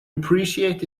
appreciate